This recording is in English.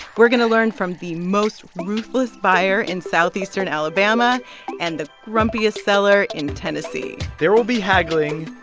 we're going to learn from the most ruthless buyer in southeastern alabama and the grumpiest seller in tennessee there will be haggling.